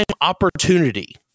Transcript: opportunity